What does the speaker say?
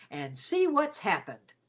and see what's happened!